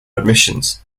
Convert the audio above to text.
admissions